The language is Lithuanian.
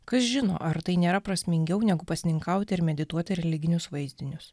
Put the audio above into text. kas žino ar tai nėra prasmingiau negu pasninkauti ir medituoti religinius vaizdinius